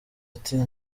ati